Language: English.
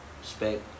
respect